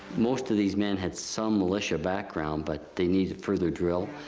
most of these men had some militia background but they needed further drill.